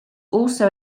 also